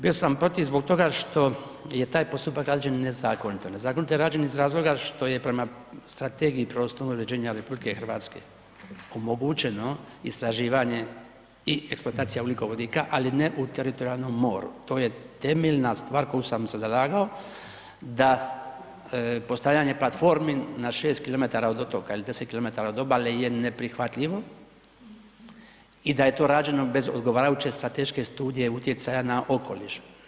Bio sam protiv zbog toga što je taj postupak rađen nezakonito, nezakonito je rađen iz razloga što je prema Strategiji prostornog uređenja RH omogućeno istraživanje i eksploatacija ugljikovodika ali ne u teritorijalnom moru, to je temeljna stvar za koju sam se zalagao da postavljanje platformi na 6 km od otoka ili 10 km od obale je neprihvatljivo i da je to rađeno bez odgovarajuće strateške studije utjecaja na okoliš.